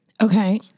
Okay